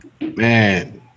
Man